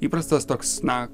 įprastas toks na